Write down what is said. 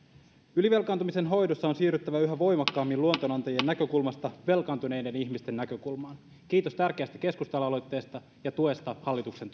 ylivelkaantumisen hoidossa on siirryttävä yhä voimakkaammin luotonantajien näkökulmasta velkaantuneiden ihmisten näkökulmaan kiitos tärkeästä keskustelualoitteesta ja tuesta hallituksen